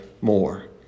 more